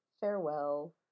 farewell